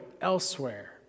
elsewhere